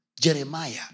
Jeremiah